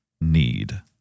need